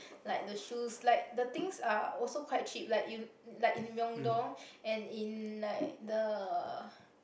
like the shoes like the things are also quite cheap like you like in Myeongdong and in like the